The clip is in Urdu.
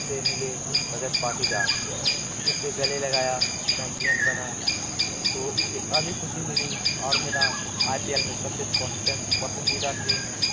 سے ملے رجت پارٹیدار اس سے گلے لگایا چیمپئین بنا تو اس سے کابھی خوشی ملی اور میرا آئی پی ایل میں سب سے پسندیدہ ٹیم